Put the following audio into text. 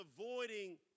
avoiding